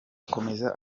akomeza